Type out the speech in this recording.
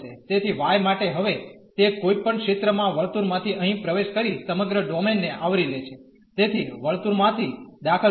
તેથી y માટે હવે તે કોઈપણ ક્ષેત્રમાં વર્તુળમાંથી અહીં પ્રવેશ કરી સમગ્ર ડોમેન ને આવરી લે છે તેથી વર્તુળમાંથી દાખલ થતા